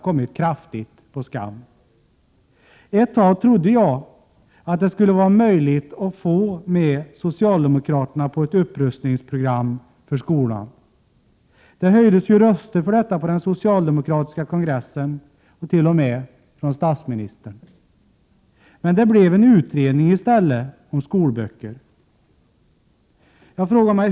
Ett tag trodde jag att det skulle vara möjligt att få med socialdemokraterna på ett upprustningsprogram för skolan. Det höjdes ju röster för detta på den socialdemokratiska kongressen, t.o.m. från statsministern. Men det blev i 121 stället en utredning om skolböcker.